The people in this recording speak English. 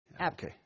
Okay